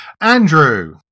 andrew